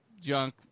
junk